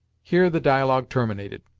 here the dialogue terminated.